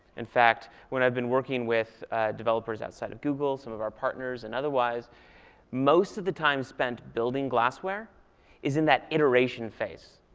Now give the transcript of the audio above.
in fact, when i've been working with developers outside of google some of our partners and otherwise most of the time spent building glassware is in that iteration phase.